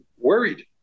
worried